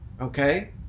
okay